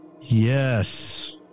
Yes